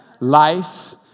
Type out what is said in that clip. Life